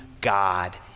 God